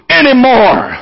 anymore